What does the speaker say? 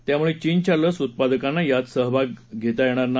त्यामुळे चीनच्या लस उत्पादकांना यात सहभाग घेता येणार नाही